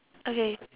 okay